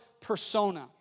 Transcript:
persona